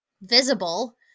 visible